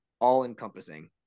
all-encompassing